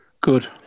good